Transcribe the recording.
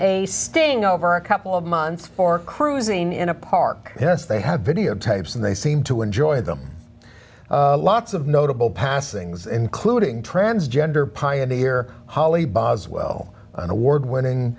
a sting over a couple of months for cruising in a park yes they have videotapes and they seem to enjoy them lots of notable passings including transgender pioneer holly boswell an award winning